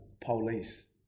Police